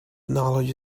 knowledge